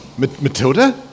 Matilda